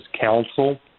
counsel